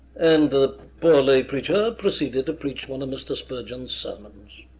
and the poor lay preacher proceeded to preach one of mr. spurgeon's sermons.